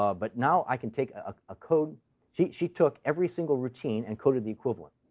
ah but now i can take a code she she took every single routine and coded the equivalent.